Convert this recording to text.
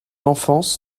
enfance